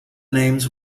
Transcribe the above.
names